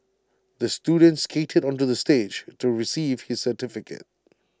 the student skated onto the stage to receive his certificate